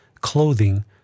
clothing